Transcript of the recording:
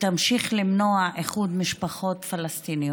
לבני ובנות משפחתם,